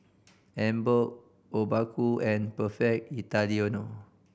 Emborg Obaku and Perfect Italiano